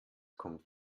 kommt